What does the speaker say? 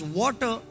water